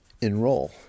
enroll